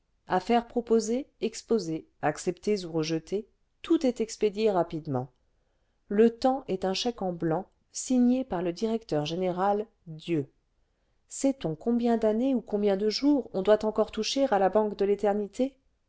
affaires proposées exposées acceptées'ou rejetées tout est expédié rapidement le temps est un chèque en blanc signé par le directeur général dieu sait-on combien d'années ou combien de jours on doit encore toucher à la banque de l'éternité